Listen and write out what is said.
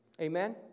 Amen